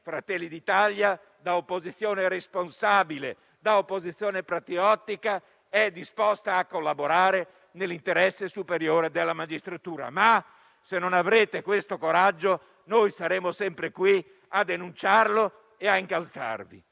Fratelli d'Italia, da opposizione responsabile e patriottica, è disposta a collaborare nell'interesse superiore della magistratura. Se invece non avrete questo coraggio, noi saremo sempre qui a denunciarlo e incalzarvi.